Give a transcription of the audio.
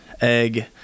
egg